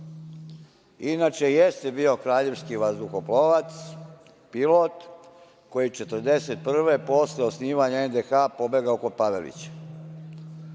Inače, jeste bio kraljevski vazduhoplovac, pilot koji je 1941. godine, posle osnivanja NDH, pobegao kod Pavelića.